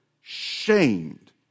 shamed